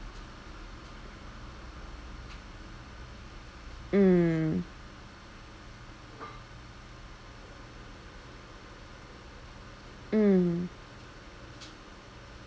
mm mm